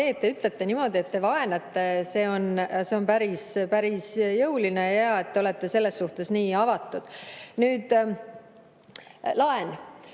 et te ütlete niimoodi, et te vaenate, on päris jõuline. Hea, et te olete selles suhtes nii avatud. Nüüd laenust.